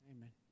Amen